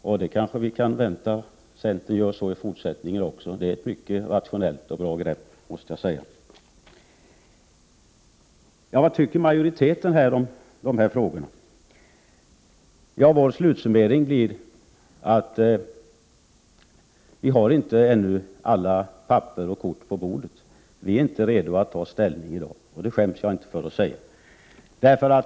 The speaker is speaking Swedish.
Vi kanske kan vänta oss att centern gör så i fortsättningen också. Jag måste säga att det är ett rationellt och bra grepp. Vad tycker då majoriteten i de här frågorna? Vår slutsummering blir att vi ännu inte har alla kort på bordet och inte är redo att ta ställning — det skäms jag inte för att säga.